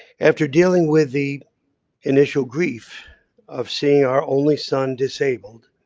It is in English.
after dealing with the initial grief of seeing our only son disabled,